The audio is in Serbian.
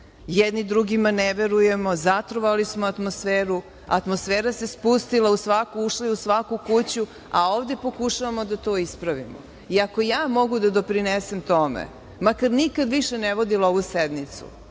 Jedni drugima ne verujemo, zatrovali smo atmosferu, atmosfera se spustila, ušla u svaku kuću, a ovde pokušavamo da to ispravimo. Ako ja mogu da doprinesem tome, makar nikad više ne vodila ovu sednicu